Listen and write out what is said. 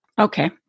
Okay